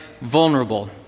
vulnerable